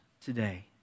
today